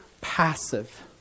passive